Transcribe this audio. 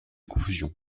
confusion